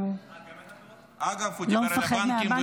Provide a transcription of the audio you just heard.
שהוא לא מפחד מהבנקים,